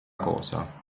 cosa